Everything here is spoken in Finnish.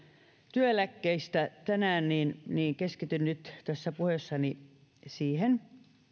työeläkkeistä niin keskityn nyt tässä puheessani siihen